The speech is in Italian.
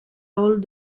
old